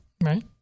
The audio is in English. Right